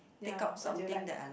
ya what do you like